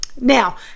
Now